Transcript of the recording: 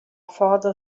father